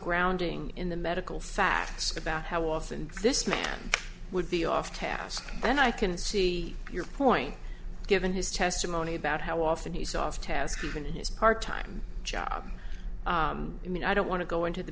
grounding in the medical facts about how often this man would be off task and i can see your point given his testimony about how often you soft task even his part time job i mean i don't want to go into the